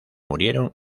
murieron